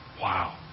Wow